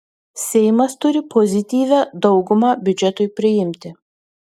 seimas turi pozityvią daugumą biudžetui priimti